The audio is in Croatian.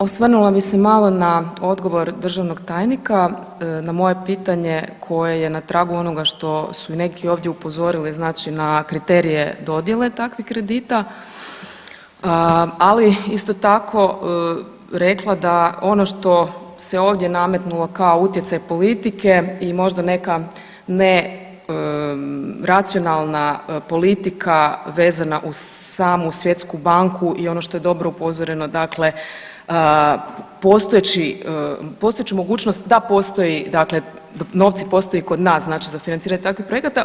Osvrnula bih se malo na odgovor državnog tajnika na moje pitanje koje je na tragu onoga što su i neki ovdje upozorili, znači na kriterije dodjele takvih kredita, ali isto tako rekla da ono što se ovdje nametnula kao utjecaj politike i možda neka ne racionalna politika vezana uz samu Svjetsku banku i ono što je dobro upozoreno postojeću mogućnost da novci postoje i kod nas za financiranje takvih projekata.